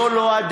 זו לא הדרך.